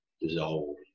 dissolve